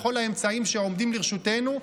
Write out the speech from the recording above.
בכל האמצעים שעומדים לרשותנו,